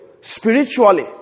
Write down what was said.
Spiritually